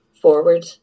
forward